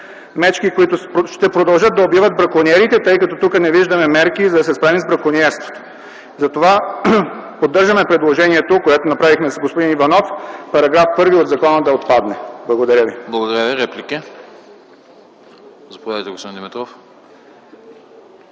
бракониерите ще продължат да убиват, тъй като не виждаме тук мерки, за да се справим с бракониерството. Затова поддържаме предложението, което направихме с господин Иванов –§ 1 от закона да отпадне. Благодаря ви.